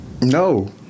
No